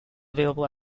available